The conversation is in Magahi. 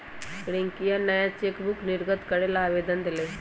रियंकवा नया चेकबुक निर्गत करे ला आवेदन देलय